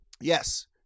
Yes